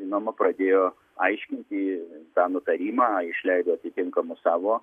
žinoma pradėjo aiškinti tą nutarimą išleido atitinkamus savo